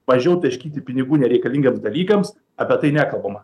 mažiau taškyti pinigų nereikalingiems dalykams apie tai nekalbama